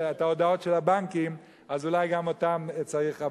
ההודעות של הבנקים, אז אולי גם להם צריך.